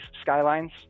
Skylines